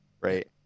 Right